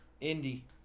Indy